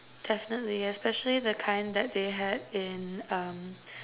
definitely especially the kind that they had in um